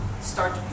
start